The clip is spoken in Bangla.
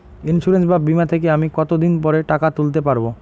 ইন্সুরেন্স বা বিমা থেকে আমি কত দিন পরে টাকা তুলতে পারব?